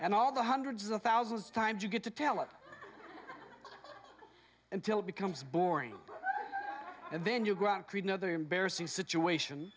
and all the hundreds of thousands times you get to tell it until it becomes boring and then you go and create another embarrassing situation